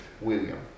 William